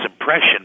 impression